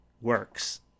works